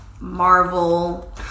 Marvel